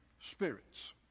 spirits